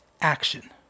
action